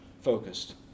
focused